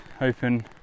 open